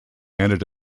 ended